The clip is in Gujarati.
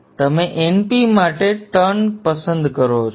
પછી તમે Np માટે ટર્ન પસંદ કરો છો